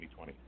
2020